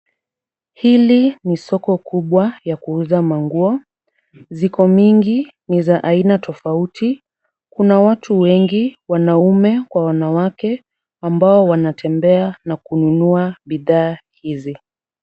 Hili ni soko kubwa ya kuuza mangua. Ziko mingi, ni za aina tofauti. Kuna watu wengi wanaume kwa wanawake, ambao wanatembea na kununua bidhaa hizi.